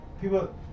People